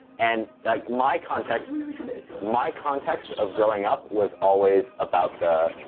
and like my context really committed to it. my context of growing up was always about the,